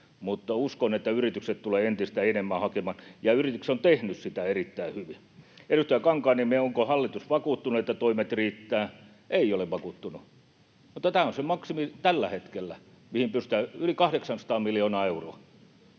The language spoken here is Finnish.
uskon, että yritykset tulevat entistä enemmän hakemaan, ja yritykset ovat tehneet sitä erittäin hyvin. Edustaja Kankaanniemi, onko hallitus vakuuttunut, että toimet riittävät: Ei ole vakuuttunut, mutta tämä on se maksimi tällä hetkellä, mihin pystytään, yli 800 miljoonaa euroa.